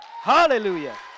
Hallelujah